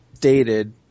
dated